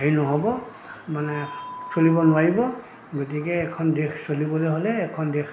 হেৰি নহ'ব মানে চলিব নোৱাৰিব গতিকে এখন দেশ চলিবলৈ হ'লে এখন দেশ